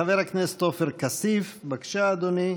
חבר הכנסת עופר כסיף, בבקשה, אדוני.